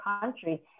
country